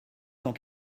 cent